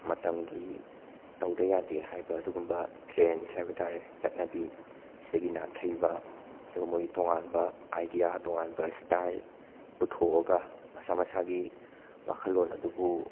ꯃꯇꯝꯒꯤ ꯇꯧꯗ ꯌꯥꯗꯦ ꯍꯥꯏꯕ ꯑꯗꯨꯒꯨꯝꯕ ꯇ꯭ꯔꯦꯟꯁ ꯍꯥꯏꯕ ꯇꯥꯔꯦ ꯆꯠꯅꯕꯤ ꯁꯤꯗꯒꯤ ꯅꯥꯊꯩꯕ ꯑꯗꯨꯒ ꯃꯣꯏꯒꯤ ꯇꯣꯉꯥꯟꯕ ꯑꯥꯏꯗꯤꯌꯥ ꯇꯣꯉꯥꯟꯕ ꯏꯁꯇꯥꯏꯜ ꯄꯨꯊꯣꯛꯑꯒ ꯃꯁꯥ ꯃꯁꯥꯒꯤ ꯋꯥꯈꯟꯂꯣꯟ ꯑꯗꯨꯕꯨ